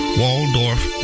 waldorf